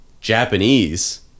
Japanese